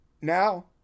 Now